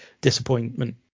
disappointment